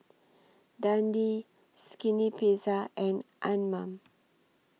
Dundee Skinny Pizza and Anmum